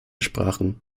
sprachen